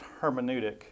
hermeneutic